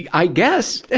i guess!